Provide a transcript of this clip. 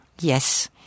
Yes